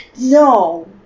No